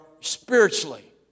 spiritually